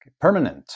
Permanent